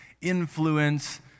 influence